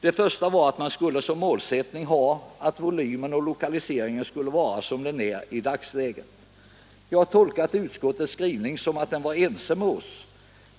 Det första kravet är att man som målsättning skall ha att behålla den volym och lokalisering som vi har i dag. Jag hade tolkat utskottets skrivning som att utskottet var ense med oss.